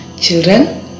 Children